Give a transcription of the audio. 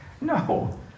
No